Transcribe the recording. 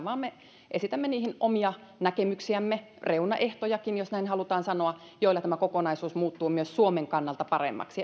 vaan me esitämme niihin omia näkemyksiämme reunaehtojakin jos näin halutaan sanoa joilla tämä kokonaisuus muuttuu myös suomen kannalta paremmaksi